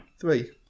Three